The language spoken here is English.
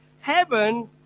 heaven